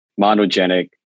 monogenic